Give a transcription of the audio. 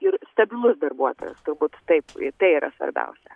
ir stabilus darbuotojas turbūt taip tai yra svarbiausia